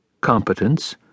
Competence